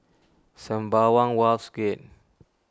Sembawang Wharves Gate